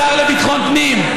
השר לביטחון הפנים,